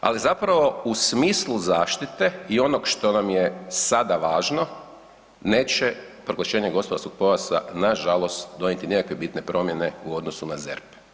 ali zapravo u smislu zaštite i onog što nam je sada važno neće proglašenje gospodarskog pojasa nažalost donijeti nikakve bitne promjene u odnosu na ZERP“